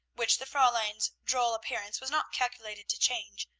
which the fraulein's droll appearance was not calculated to change,